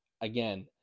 Again